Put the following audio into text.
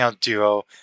duo